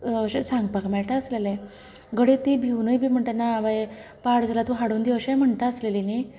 अशें सांगपाक मेळटा आसलेलें की घडये तीं भिवनूय बी म्हणटा आसले पाड जाल्यार तूं हाडून दी अशें म्हणटाय आसले न्ही